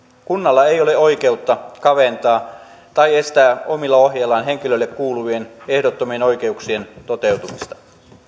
kunnalla ei ole oikeutta kaventaa tai estää omilla ohjeillaan henkilölle kuuluvien ehdottomien oikeuksien toteutumista